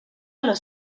los